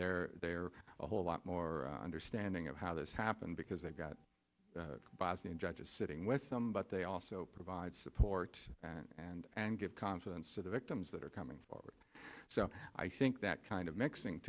there they are a whole lot more understanding of how this happened because they've got the bosnian judges sitting with them but they also provide support and and give confidence to the victims that are coming forward so i think that kind of mixing